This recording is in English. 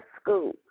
school